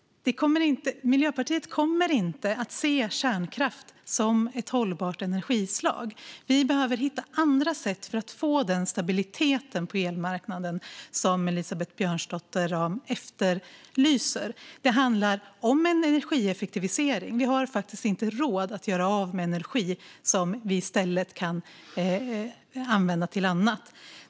Miljöpartiet kommer inte att se kärnkraft som ett hållbart energislag. Vi behöver hitta andra sätt att få den stabilitet på elmarknaden som Elisabeth Björnsdotter Rahm efterlyser. Det handlar om energieffektivisering. Vi har faktiskt inte råd att göra av med energi som vi i stället kan använda till annat.